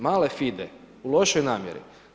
Male fide u lošoj namjeri.